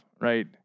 right